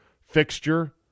fixture